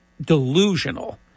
delusional